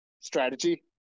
strategy